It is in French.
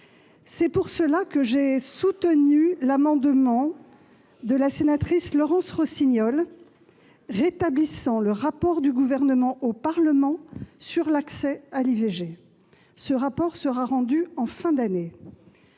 C'est pour cela que j'ai soutenu l'amendement de Mme la sénatrice Laurence Rossignol rétablissant le rapport du Gouvernement au Parlement sur l'accès à l'IVG. Ce rapport sera rendu en fin d'année.